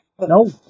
No